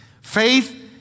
Faith